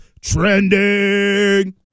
trending